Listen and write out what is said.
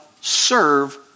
serve